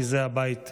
כי זה הבית שלנו.